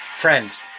Friends